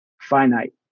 finite